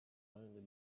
only